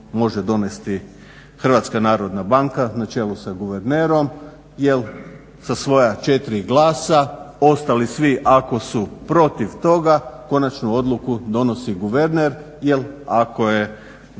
Hrvatska narodna banka na čelu sa guvernerom jer sa svoja četiri glasa, ostali svi ako su protiv toga konačnu odluku donosi guverner jer ako je neodlučni